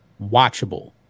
watchable